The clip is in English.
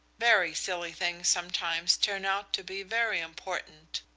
very silly things sometimes turn out to be very important.